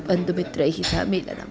बन्धुमित्रैः सह मेलनम्